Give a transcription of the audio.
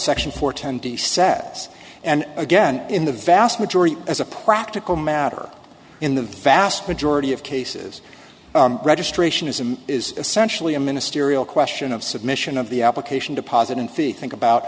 section for ten d sats and again in the vast majority as a practical matter in the vast majority of cases registration is and is essentially a ministerial question of submission of the application deposit in fee think